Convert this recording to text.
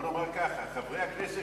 בוא ונאמר ככה: חברי הכנסת